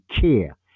care